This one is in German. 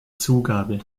zugabe